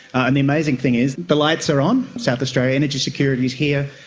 and the amazing thing is the lights are on, south australian energy security is here.